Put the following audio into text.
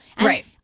right